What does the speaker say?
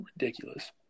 ridiculous